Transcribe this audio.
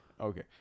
Okay